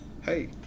hey